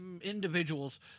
individuals